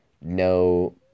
No